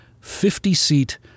50-seat